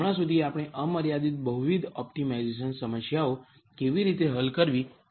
હમણાં સુધી આપણે અમર્યાદિત બહુવિધ ઓપ્ટિમાઇઝેશન સમસ્યાઓ કેવી રીતે હલ કરવી તે જોયું